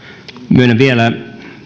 myönnän vielä